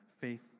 faith